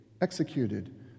executed